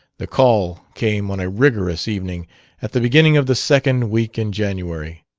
the call came on a rigorous evening at the beginning of the second week in january.